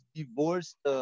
divorced